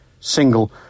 single